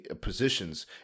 positions